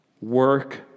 Work